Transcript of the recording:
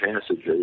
passages